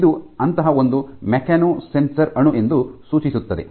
ಇದು ಅಂತಹ ಒಂದು ಮೆಕ್ಯಾನೊ ಸೆನ್ಸರ್ ಅಣು ಎಂದು ಸೂಚಿಸುತ್ತದೆ